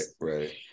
Right